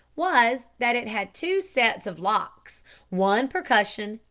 was, that it had two sets of locks one percussion,